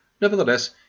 Nevertheless